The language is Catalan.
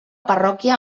parròquia